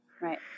right